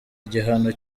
igihano